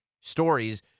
stories